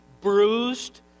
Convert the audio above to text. bruised